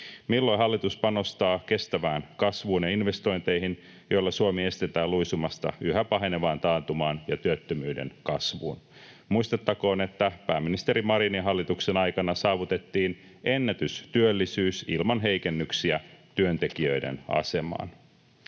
Milloin hallitus panostaa kestävään kasvuun ja investointeihin, joilla Suomi estetään luisumasta yhä pahenevaan taantumaan ja työttömyyden kasvuun? Muistettakoon, että pääministeri Marinin hallituksen aikana saavutettiin ennätystyöllisyys ilman heikennyksiä työntekijöiden asemaan.